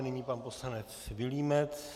Nyní pan poslanec Vilímec.